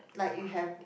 like you have